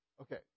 Okay